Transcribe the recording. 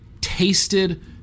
tasted